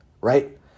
right